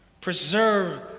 Preserve